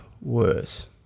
worse